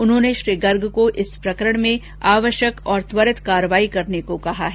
उन्होंने श्री गर्ग को इस प्रकरण में आवश्यक और त्वरित कार्रवाई करने को कहा है